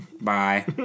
Bye